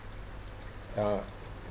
uh